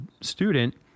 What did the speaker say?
student